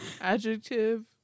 Adjective